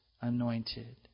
anointed